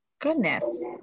goodness